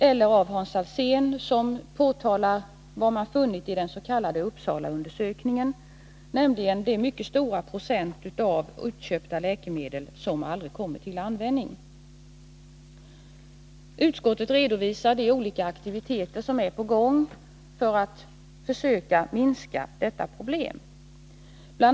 Hans Alsén har redogjort för vad man har funnit i den s.k. Uppsalaundersökningen, nämligen den mycket stora procentsats utköpta läkemedel som aldrig kommer till användning. Utskottet redovisar de olika aktiviteter som är på gång för att man skall kunna minska detta problem. BI.